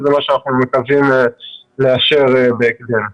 אנחנו מקווים לאשר את הדבר הזה בהקדם.